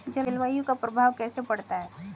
जलवायु का प्रभाव कैसे पड़ता है?